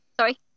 sorry